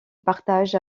partage